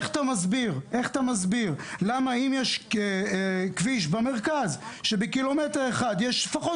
איך אתה מסביר למה כביש במרכז שבקילומטר יש בו לפחות